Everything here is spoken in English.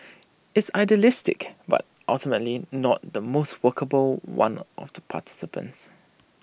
it's idealistic but ultimately not the most workable one of the participants